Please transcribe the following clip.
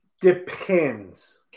Depends